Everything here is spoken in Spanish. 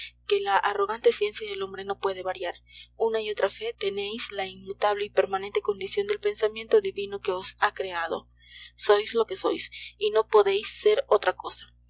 que la arrogante ciencia del hombre no puede variar una y otra fe tenéis la inmutable y permanente condición del pensamiento divino que os ha creado sois lo que sois y no podéis ser otra cosa